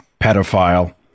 pedophile